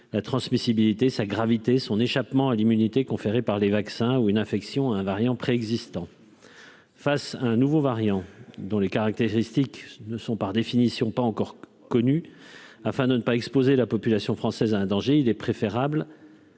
la transmissibilité sa gravité son échappement à l'immunité conférée par les vaccins ou une infection à un variant préexistants. Face à un nouveau variant, dont les caractéristiques ne sont par définition pas encore connue, afin de ne pas exposer la population française, un danger, il est préférable.